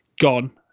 gone